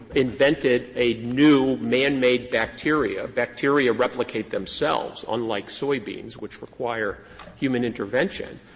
invented a new man-made bacteria. bacteria replicate themselves, unlike soybeans which require human intervention.